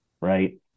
right